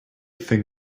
thing